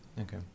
Okay